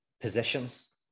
positions